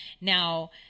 Now